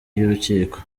y’urukiko